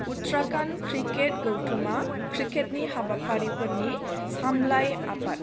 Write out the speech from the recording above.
Uttarakhand cricket गौथुमा क्रिकेटनि हाबाफारिफोरनि सामलाय आफाद